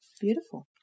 beautiful